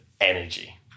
energy